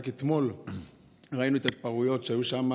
רק אתמול ראינו את ההתפרעויות שהיו שם.